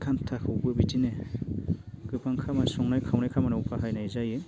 खान्थाखौबो बिदिनो गोबां संनाय खामानियाव बाहायनाय जायो